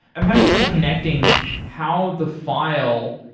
i'm having trouble connecting how the file,